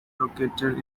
located